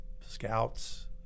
scouts